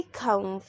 come